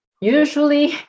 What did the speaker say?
Usually